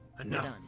Enough